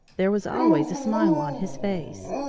there was always a smile on his face.